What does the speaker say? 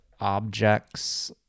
objects